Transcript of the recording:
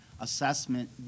assessment